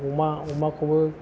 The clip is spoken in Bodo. अमा अमाखौबो